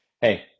hey